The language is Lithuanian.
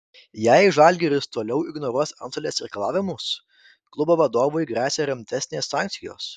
jei žalgiris toliau ignoruos antstolės reikalavimus klubo vadovui gresia rimtesnės sankcijos